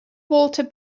walter